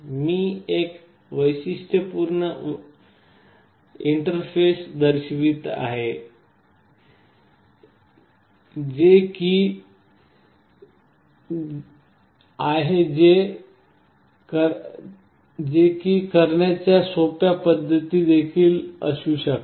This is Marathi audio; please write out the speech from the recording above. मी एक वैशिष्ट्यपूर्ण इंटरफेस दर्शवित आहे की ते करण्याच्या सोप्या पद्धती देखील असू शकतात